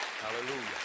Hallelujah